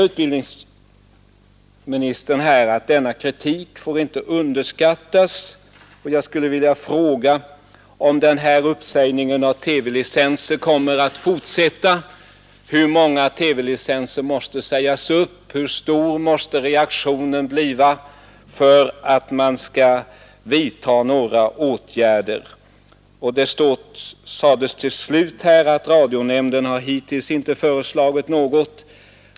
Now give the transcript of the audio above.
Utbildningsministern säger att kritiken inte får underskattas. Om nu den här uppsägningen av TV-licenser kommer att fortsätta, hur många TV-licenser måste sägas upp, hur kraftig måste reaktionen bli, för att det skall vidtas några åtgärder? I slutet av svaret säger utbildningsministern att radionämnden hittills inte har föreslagit några sådana åtgärder.